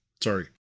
Sorry